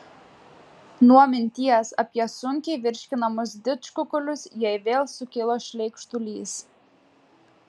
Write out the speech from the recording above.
nuo minties apie sunkiai virškinamus didžkukulius jai vėl sukilo šleikštulys